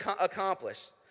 accomplished